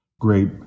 great